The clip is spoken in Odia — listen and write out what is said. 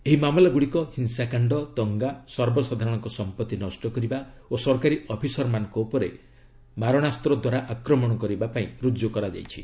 ଏହି ମାମଲାଗୁଡ଼ିକ ହିଂସାକାଣ୍ଡ ଦଙ୍ଗା ସର୍ବସାଧାରଣଙ୍କ ସମ୍ପର୍ତି ନଷ୍ଟ କରିବା ଓ ସରକାରୀ ଅଫିସରମାନଙ୍କ ଉପରେ ମାରଣାସ୍ତଦ୍ୱାରା ଆକ୍ରମଣ କରିବା ପାଇଁ ରୁଜୁ କରାଯାଇଛି